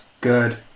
Good